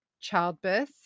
childbirth